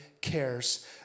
Cares